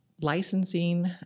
licensing